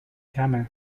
کمه